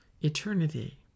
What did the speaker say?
eternity